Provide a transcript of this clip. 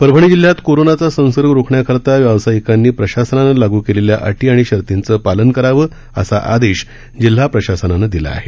परभणी जिल्ह्यात कोरोनाचा संसर्ग रोखण्याकरता व्यावसायिकांनी प्रशासनानं लागू केलेल्या अटी आणि शर्तीचं पालन करावं असा आदेश जिल्हा प्रशासनानं दिला आहे